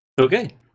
Okay